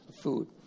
Food